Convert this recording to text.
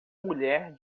mulher